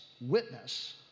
witness